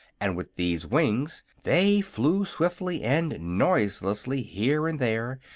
and with these wings they flew swiftly and noiselessly here and there,